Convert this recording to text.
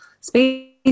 space